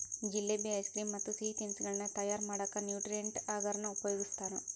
jalebi, ice cream ಮತ್ತ್ ಸಿಹಿ ತಿನಿಸಗಳನ್ನ ತಯಾರ್ ಮಾಡಕ್ ನ್ಯೂಟ್ರಿಯೆಂಟ್ ಅಗರ್ ನ ಉಪಯೋಗಸ್ತಾರ